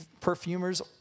perfumer's